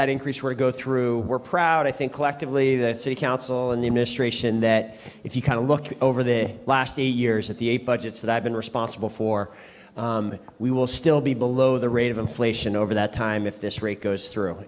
that increase were go through we're proud i think collectively that city council and the administration that if you kind of look over the last three years at the budgets that i've been responsible for we will still be below the rate of inflation over that time if this rate goes through